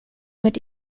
mit